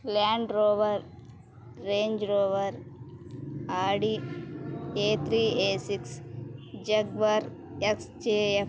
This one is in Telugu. land rover range rover Audi A three A six Jaguar XJF